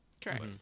Correct